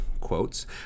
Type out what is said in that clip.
quotes